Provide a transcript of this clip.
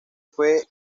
fue